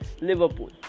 Liverpool